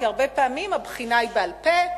כי הרבה פעמים הבחינה היא בעל-פה,